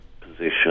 position